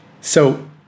So-